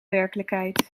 werkelijkheid